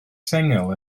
sengl